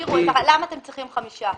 תסבירו למה אתם צריכים 5 אחוזים.